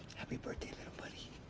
happy birthday, little buddy.